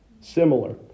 similar